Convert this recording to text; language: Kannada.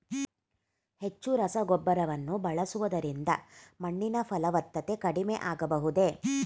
ಹೆಚ್ಚು ರಸಗೊಬ್ಬರವನ್ನು ಬಳಸುವುದರಿಂದ ಮಣ್ಣಿನ ಫಲವತ್ತತೆ ಕಡಿಮೆ ಆಗಬಹುದೇ?